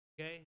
okay